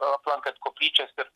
aplankant koplyčias ir